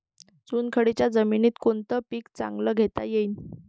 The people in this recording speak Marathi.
चुनखडीच्या जमीनीत कोनतं पीक चांगलं घेता येईन?